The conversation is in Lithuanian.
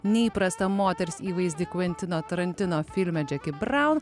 neįprastą moters įvaizdį kventino tarantino filme džeki braun